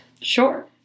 Sure